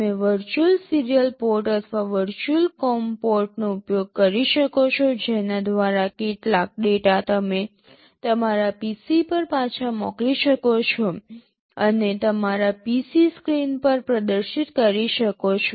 તમે virtual serial port અથવા virtual COM port નો ઉપયોગ કરી શકો છો જેના દ્વારા કેટલાક ડેટા તમે તમારા PC પર પાછા મોકલી શકો છો અને તમારા PC સ્ક્રીન પર પ્રદર્શિત કરી શકો છો